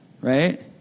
Right